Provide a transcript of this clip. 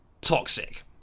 toxic